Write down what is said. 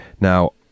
Now